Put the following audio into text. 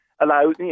allow